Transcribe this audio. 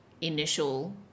initial